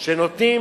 שנותנים